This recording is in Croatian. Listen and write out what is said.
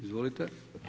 Izvolite.